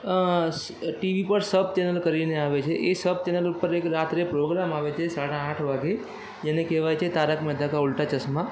અં સ ટીવી પર સબ ચેનલ કરીને આવે છે એ સબ ચેનલ ઉપર એક રાત્રે પ્રોગ્રામ આવે છે સાડા આઠ વાગ્યે જેને કહેવાય છે તારક મેહતા કા ઉલ્ટા ચશ્મા